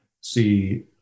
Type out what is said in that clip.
see